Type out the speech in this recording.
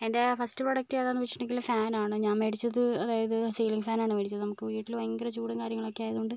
എൻ്റെ first product ഏതാണെന്ന് ചോദിച്ചിട്ടുണ്ടെങ്കിൽ ഫാനാണ് ഞാൻ മേടിച്ചത് അതായത് സീലിങ് ഫാനാണ് മേടിച്ചത് നമുക്ക് വീട്ടിൽ ഭയങ്കര ചൂടും കാര്യങ്ങളൊക്കെ ആയതു കൊണ്ട്